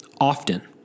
often